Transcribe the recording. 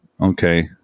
Okay